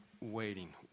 waiting